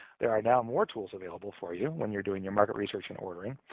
there are now more tools available for you when you're doing your market research and ordering.